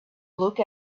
look